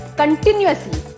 continuously